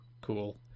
Cool